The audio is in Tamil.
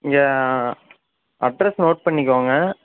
இங்கே அட்ரெஸ் நோட் பண்ணிக்கோங்க